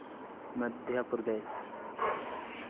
Madhya Pradesh